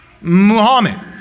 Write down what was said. Muhammad